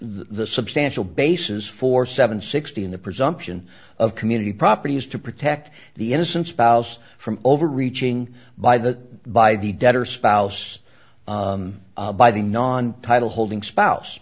the substantial basis for seven sixteen the presumption of community property is to protect the innocent spouse from overreaching by the by the debtor spouse by the non title holding spouse